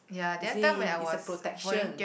you see it's a protection